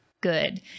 good